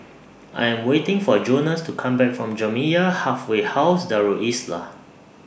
I Am waiting For Jonas to Come Back from Jamiyah Halfway House Darul Islah